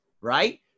right